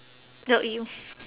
no !eww!